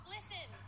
Listen